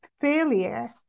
failure